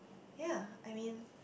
ya I mean